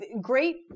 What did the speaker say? great